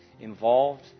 involved